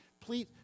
Please